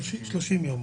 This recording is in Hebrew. יום.